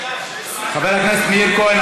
חבר הכנסת מאיר כהן,